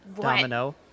Domino